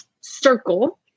Circle